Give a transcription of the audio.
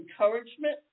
encouragement